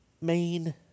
main